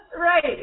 Right